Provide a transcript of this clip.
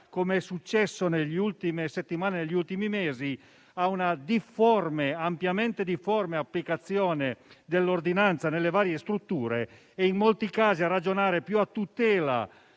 come è successo negli ultimi mesi - a una ampiamente difforme applicazione dell'ordinanza nelle varie strutture e, in molti casi, a ragionare più a tutela